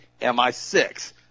MI6